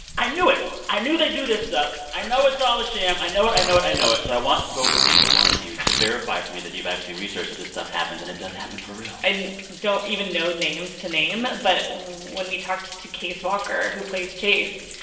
i knew it. i knew they do this stuff. i know it's all a sham. i know it. i know it. i know it. so i want both of you or one of you to verify for me that you've actually researched that this stuff happens and it does happen for real i don't don't even know names to name. but when we talked to case walker, who plays chase,